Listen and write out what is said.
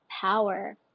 power